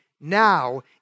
now